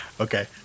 Okay